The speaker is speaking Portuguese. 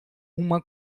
uma